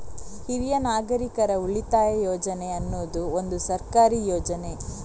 ಹಿರಿಯ ನಾಗರಿಕರ ಉಳಿತಾಯ ಯೋಜನೆ ಅನ್ನುದು ಒಂದು ಸರ್ಕಾರಿ ಯೋಜನೆ